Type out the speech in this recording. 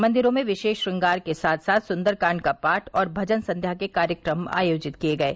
मंदिरों में विशेष श्रंगार के साथ साथ सुन्दरकांड का पाठ और भजन संध्या के कार्यक्रम आयोजित किये गये